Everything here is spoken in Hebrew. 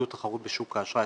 עידוד תחרות בשוק האשראי),